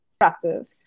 attractive